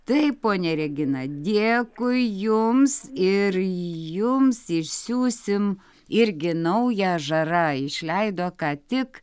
taip ponia regina dėkui jums ir jums išsiųsim irgi naują žara išleido ką tik